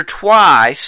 twice